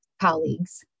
colleagues